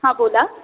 हां बोला